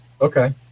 Okay